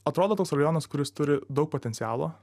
atrodo toks rajonas kuris turi daug potencialo